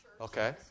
Okay